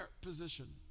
position